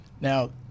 Now